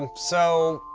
um so,